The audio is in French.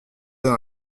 dans